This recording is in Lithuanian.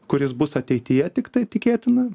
kuris bus ateityje tiktai tikėtina